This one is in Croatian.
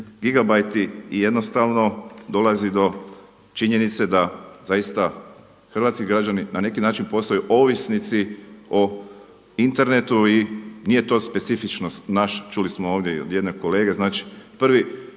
gigabajti i jednostavno dolazi do činjenice da zaista hrvatski građani na neki način postaju ovisnici o internetu i nije to specifičnost naša, čuli smo ovdje i od jednog kolege. Znači, prvi